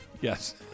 Yes